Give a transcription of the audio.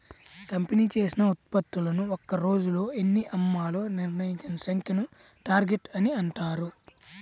company చేసిన ఉత్పత్తులను ఒక్క రోజులో ఎన్ని అమ్మాలో నిర్ణయించిన సంఖ్యను టార్గెట్ అని అంటారు